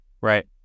Right